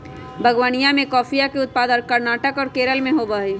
बागवनीया में कॉफीया के उत्पादन कर्नाटक और केरल में होबा हई